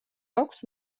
აქვს